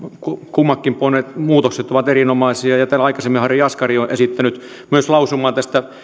kummatkin muutokset ovat erinomaisia täällä aikaisemmin myös harri jaskari on esittänyt lausuman